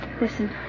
Listen